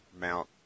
mount